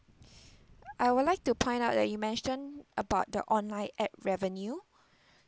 I would like to point out that you mentioned about the online ad revenue